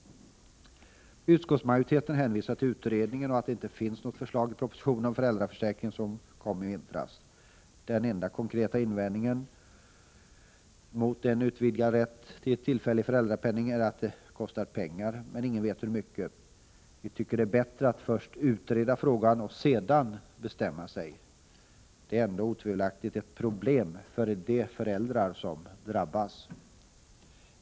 Utskottsmajoriteten hänvisar till utredningen och att det inte finns något förslag i propositionen om föräldraförsäkring som kom i vintras. Den enda konkreta invändningen mot en utvidgad rätt till tillfällig föräldrapenning är att det kostar pengar, men ingen vet hur mycket. Vi tycker att det är bättre att först utreda frågan och sedan bestämma sig. Detta är ändå otvivelaktigt ett problem för de föräldrar som drabbas.